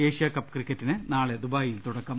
Asia Cup കിക്കറ്റിന് നാളെ ദുബായിൽ തുടക്കം